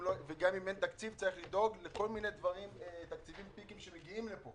וגם אם אין תקציב צריך לדאוג לכל מיני תקציבים ספציפיים שמגיעים לפה,